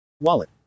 wallet